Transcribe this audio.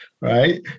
Right